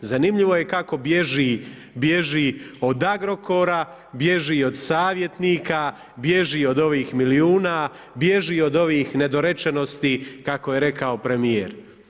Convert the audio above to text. Zanimljivo je kako bježi od Agrokora, bježi od savjetnika, bježi od ovih milijuna, bježi od ovih nedorečenosti, kako je rekao premijer.